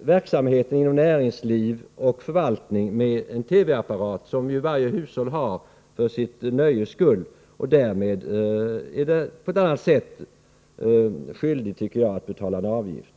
verksamheten inom näringsliv och förvaltning med en TV-apparat, som ju varje hushåll har för sitt nöjes skull. Därmed är man på ett annat sätt, tycker jag, skyldig att betala en avgift.